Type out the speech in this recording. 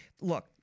look